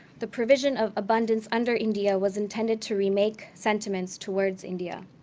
the provision of abundance under india was intended to remake sentiments towards india.